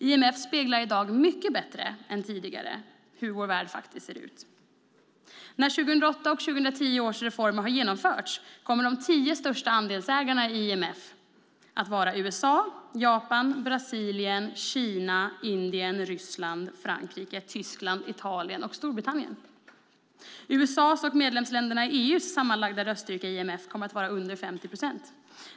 IMF speglar i dag mycket bättre än tidigare hur vår värld faktiskt ser ut. När 2008 och 2010 års reformer har genomförts kommer de tio största andelsägarna i IMF att vara USA, Japan, Brasilien, Kina, Indien, Ryssland, Frankrike, Tyskland, Italien och Storbritannien. USA:s och medlemsländerna i EU:s sammanlagda röststyrka i IMF kommer att vara under 50 procent.